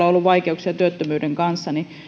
ollut pitkään vaikeuksia työttömyyden kanssa